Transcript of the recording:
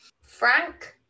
Frank